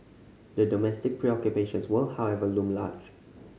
the domestic preoccupations will however loom large